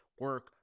Work